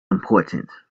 important